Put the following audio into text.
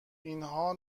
اینها